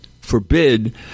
Forbid